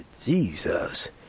Jesus